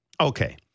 Okay